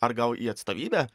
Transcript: ar gal į atstovybę